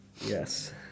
Yes